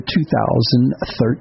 2013